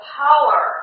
power